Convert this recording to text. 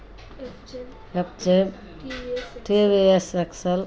F Z F Z T V S T V S X L